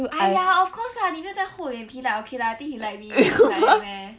!aiya! of course lah 你没有这样厚脸皮 lah like okay lah I think he like me you think is like that meh